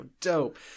dope